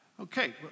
Okay